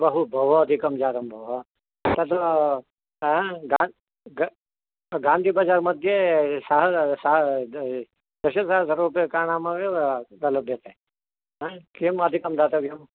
बहु बहु अधिकं जातं भोः तद् गा ग् गान्धिबज़ार् मध्ये स स दशसहस्र रूप्यकाणामेव लभ्यते किं अधिकं दातव्यं